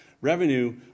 revenue